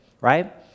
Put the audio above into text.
right